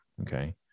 Okay